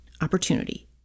opportunity